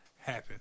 happen